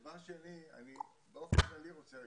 דבר שני, אני באופן כללי רוצה להגיד.